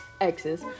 exes